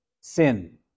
sin